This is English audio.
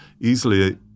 easily